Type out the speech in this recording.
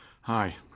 Hi